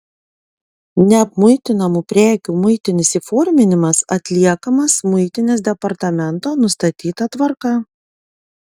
neapmuitinamų prekių muitinis įforminimas atliekamas muitinės departamento nustatyta tvarka